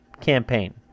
campaign